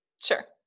Sure